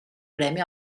premi